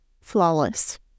flawless